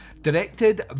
Directed